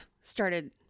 started